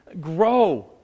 grow